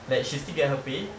like she still get her pay